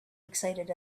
excited